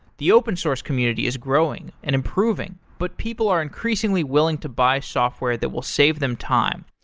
the open source community is growing and improving, but people are increasingly willing to buy software that will save them time.